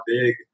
big